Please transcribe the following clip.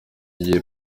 gihe